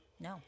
No